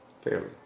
fairly